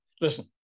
Listen